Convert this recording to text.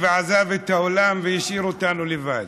ועזב את האולם והשאיר אותנו לבד.